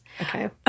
Okay